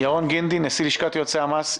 ירון גינדי, נשיא לשכת יועצי המס.